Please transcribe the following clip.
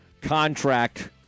contract